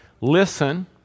Listen